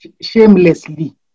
shamelessly